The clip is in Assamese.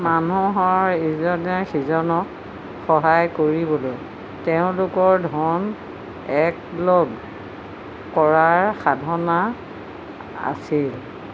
মানুহৰ ইজনে সিজনক সহায় কৰিবলৈ তেওঁলোকৰ ধন একলগ কৰাৰ সাধনা আছিল